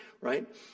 Right